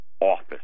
Office